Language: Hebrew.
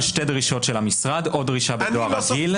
שתי דרישות של המשרד או דרישה בדואר רגיל.